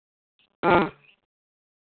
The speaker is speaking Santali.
ᱦᱮᱸ